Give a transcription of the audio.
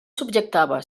subjectava